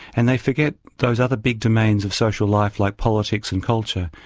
and they forget those other big domains of social life like politics and culture.